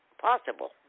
possible